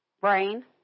Brain